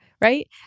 right